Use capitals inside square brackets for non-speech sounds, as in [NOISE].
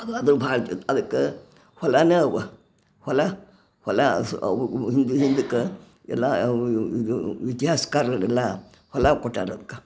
ಅದು ಅದು ಭಾಳ ಅದಕ್ಕ ಹೊಲಾನೇ ಅವ ಹೊಲ ಹೊಲ ಅವು ಹಿಂದುಕ್ಕೆ ಎಲ್ಲಾ ಅವು ಇದು ವಿದ್ಯಾ [UNINTELLIGIBLE] ಎಲ್ಲಾ ಫಲ ಕೊಟ್ಟಾರು ಅದ್ಕ